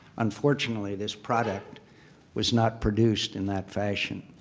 unfortunately, this product was not produced in that fashion.